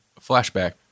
flashback